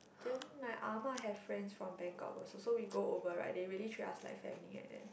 then my ah ma have friends from Bangkok also so we go over right they really treat us like family like that